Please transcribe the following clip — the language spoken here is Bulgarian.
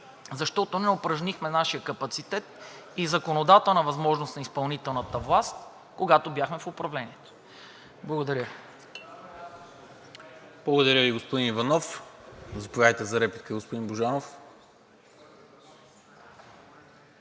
защото не упражнихме нашия капацитет и законодателна възможност на изпълнителната власт, когато бяхме в управлението. Благодаря. ПРЕДСЕДАТЕЛ НИКОЛА МИНЧЕВ: Благодаря Ви, господин Иванов. Заповядайте за реплика, господин Божанов.